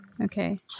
Okay